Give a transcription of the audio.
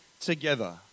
together